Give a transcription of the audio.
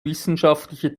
wissenschaftliche